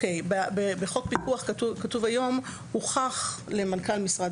בחוק הפיקוח כתוב היום: "הוכח למנכ"ל משרד